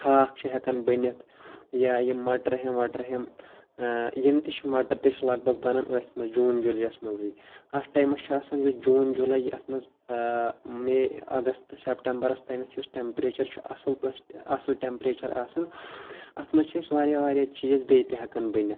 ہاکھ چھِ ہٮ۪کان بٔنِتھ یا یہِ مٹر ہٮ۪مبہٕ وٹر ہٮ۪مبہٕ یِم تہِ چھِ مٹر تہِ چھِ لَگ بگ بَنان أتھۍ منٛز جوٗن جُلیَس منٛزٕے اَتھ ٹایمَس چھِ آسان یُس جوٗن جُلَے یہِ اَتھ منٛز مے اَگستہٕ سٮ۪پٹمبَرَس تامَتھ یُس ٹٮ۪مپریچَر چھُ اَصٕل پٲٹھۍ اَصٕل ٹٮ۪مپریچَر آسان اَتھ منٛز چھِ أسۍ واریاہ واریاہ چیٖز بیٚیہِ تہِ ہٮ۪کان بٔنِتھ